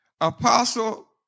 Apostle